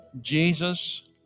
Jesus